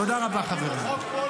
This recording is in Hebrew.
תודה רבה, חברים.